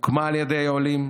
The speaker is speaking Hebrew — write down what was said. הוקמה על ידי עולים,